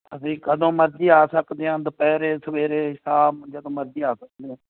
ਅਸੀਂ ਕਦੋਂ ਮਰਜੀ ਆ ਸਕਦੇ ਹਾਂ ਦੁਪਹਿਰ ਸਵੇਰੇ ਸ਼ਾਮ ਜਦੋਂ ਮਰਜੀ ਆ ਸਕਦੇ ਹਾਂ